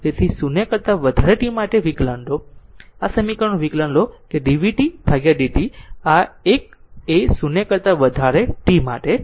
તેથી 0 કરતા વધારે t માટે વિકલન લો આ સમીકરણનું વિકલન લો કે dvt dt આ 1 એ 0 કરતા વધારે t માટે છે